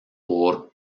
por